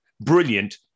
brilliant